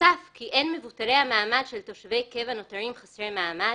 "יוסף כי אין מבוטלי המעמד של תושבי קבע נותרים חסרי מעמד.